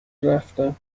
رفتن